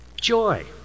Joy